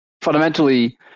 fundamentally